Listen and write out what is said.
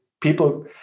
people